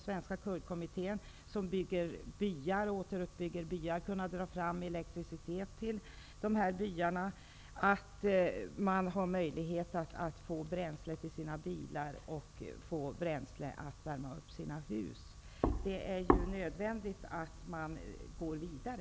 Svenska kurdkommittén återuppbygger byar, och man behöver kunna dra fram elektricitet till dem. Man behöver bränsle till bilar och till att värma upp hus. Det är nödvändigt att gå vidare.